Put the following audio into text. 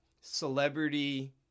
celebrity